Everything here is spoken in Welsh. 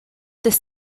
dydd